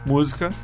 Música